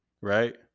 Right